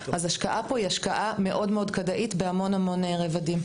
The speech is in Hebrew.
אז השקעה פה היא השקעה מאוד-מאוד כדאית בהמון רבדים.